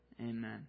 Amen